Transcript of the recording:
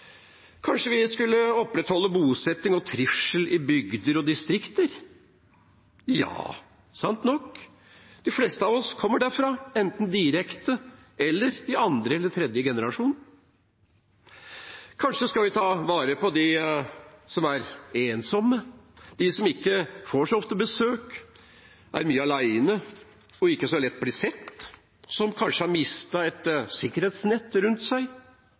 Kanskje vi skal opprettholde bosetning og trivsel i bygder og distrikter? Ja, sant nok. De fleste av oss kommer derfra, enten direkte eller som andre eller tredje generasjon. Kanskje skal vi ta vare på dem som er ensomme, dem som ikke får så ofte besøk, som er mye aleine og ikke så lett blir sett, som kanskje har mistet et sikkerhetsnett rundt seg?